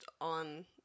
on